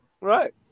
Right